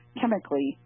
chemically